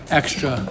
extra